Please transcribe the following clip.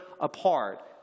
apart